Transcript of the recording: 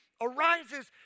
arises